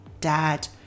dad